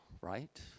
right